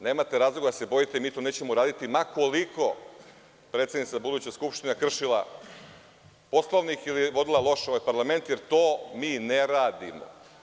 Nemate razloga da se bojite, mi to nećemo uraditi ma koliko buduća predsednica Skupštine kršila Poslovnik ili vodila loše ovaj parlament, jer to mi ne radimo.